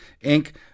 Inc